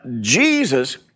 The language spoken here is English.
Jesus